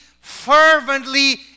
fervently